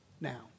now